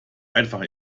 einfach